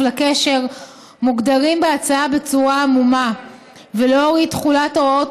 לקשר" מוגדרים בהצעה בצורה עמומה ולאור אי-תחולת הוראות